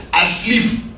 asleep